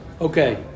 Okay